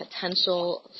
potential